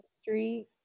Street